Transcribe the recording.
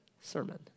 sermon